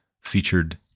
featured